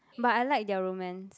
but I like their romance